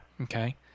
Okay